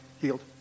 healed